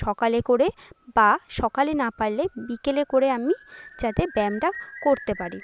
সকালে করে বা সকালে না পারলে বিকেলে করে আমি যাতে ব্যায়ামটা করতে পারি